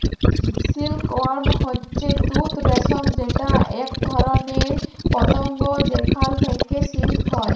silk worm হচ্যে তুত রেশম যেটা এক ধরণের পতঙ্গ যেখাল থেক্যে সিল্ক হ্যয়